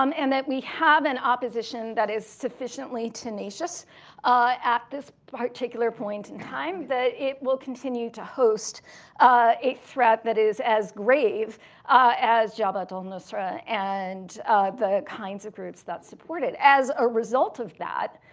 um and that we have an opposition that is sufficiently tenacious at this particular point in time, that it will continue to host a threat that is as grave as jabhat al-nusra, and the kinds of groups that support it. as a result of that,